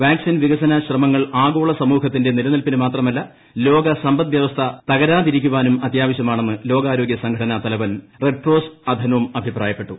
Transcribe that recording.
vaccine വികസന ശ്രമങ്ങൾ ആഗോള സമൂഹത്തിന്റെ നിലനിൽപ്പിന് മാത്രമല്ല ലോക സമ്പദ്വ്യവസ്ഥ തകരാതിരിക്കാനും അത്യാവശ്യമാണെന്ന് ലോകാരോഗൃ സംഘടന തലവൻ ടെഡ്രോസ് അഥനോം അഭിപ്രായപ്പെട്ടു